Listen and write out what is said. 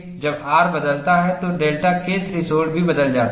जब R बदलता है तो डेल्टा K थ्रेशोल्ड भी बदल जाता है